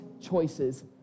choices